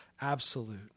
absolute